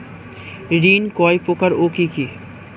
ঋণ কয় প্রকার ও কি কি?